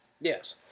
Yes